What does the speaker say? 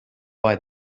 buy